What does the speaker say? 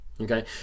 okay